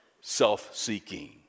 self-seeking